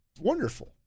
wonderful